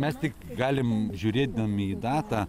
mes tik galim žiūrėdami į datą